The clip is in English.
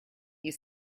you